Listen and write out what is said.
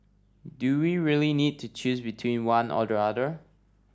do we really need to choose between one or the other